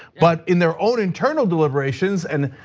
but in their own internal deliberations and